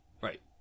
Right